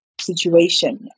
situation